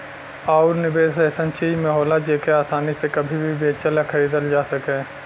आउर निवेस ऐसन चीज में होला जेके आसानी से कभी भी बेचल या खरीदल जा सके